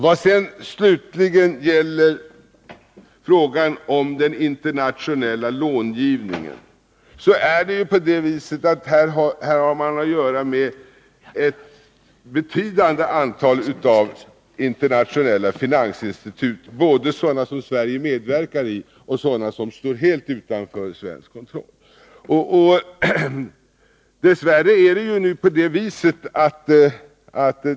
Vad sedan slutligen gäller frågan om den internationella långivningen, så Nr 31 har man här att göra med ett betydande antal internationella finansinstitut, Måndagen den både sådana som Sverige medverkar i och sådana som står helt utanför 22 november 1982 svensk kontroll.